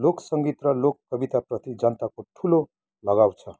लोक सङ्गीत र लोक कविताप्रति जनताको ठुलो लगाउ छ